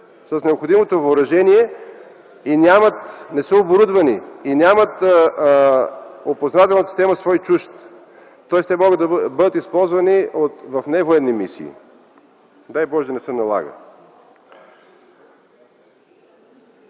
с необходимото въоръжение, не са оборудвани и в опознавателната си система нямат „свой-чужд”. Тоест те могат да бъдат използвани в невоенни мисии. Дай Боже да не се налага.